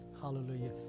Hallelujah